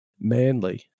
Manly